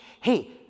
Hey